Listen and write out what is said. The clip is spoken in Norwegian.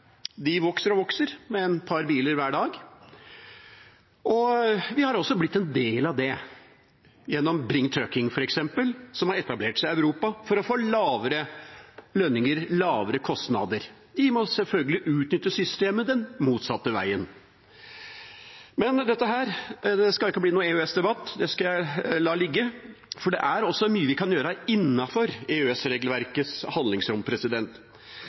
de vokser og vokser med et par biler hver dag. Vi har også blitt en del av det gjennom f.eks. Bring Trucking, som har etablert seg i Europa for å få lavere lønninger og lavere kostnader. De må sjølsagt utnytte systemet den motsatte veien. Dette skal ikke bli noen EØS-debatt, det skal jeg la ligge, for det er også mye vi kan gjøre innenfor EØS-regelverkets handlingsrom.